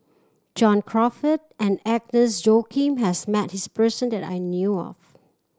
John Crawfurd and Agnes Joaquim has met this person that I knew of